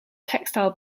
textile